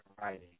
writing